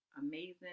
amazing